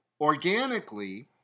organically